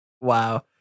Wow